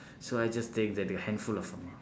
so I just take that handful of amount